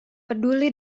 peduli